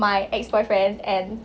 my ex boyfriend and